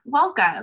Welcome